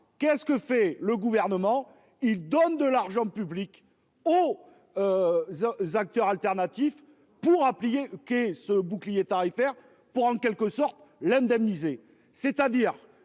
Qu'est ce que fait le gouvernement, il donne de l'argent public aux. Acteurs alternatifs pour appuyer qu'est ce bouclier tarifaire pour en quelque sorte l'indemniser. C'est-à-dire